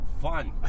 fun